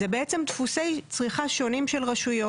זה בעצם דפוסי צריכה שונים של רשויות,